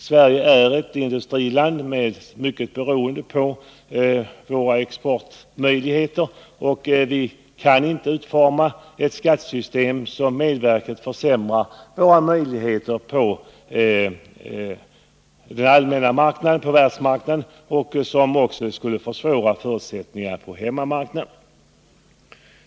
Sverige är ett industriland med stort beroende av exportmöjligheterna, och vi kan inte vara med och utforma ett skattesystem som försämrar våra konkurrensmöjligheter på världsmarknaden och även försämrar förutsättningarna på hemmamarknaden.